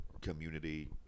community